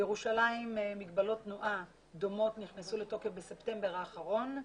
בירושלים מגבלות תנועה דומות נכנסו לתוקף בספטמבר האחרון.